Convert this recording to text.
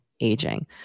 aging